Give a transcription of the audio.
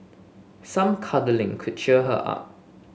some cuddling could cheer her up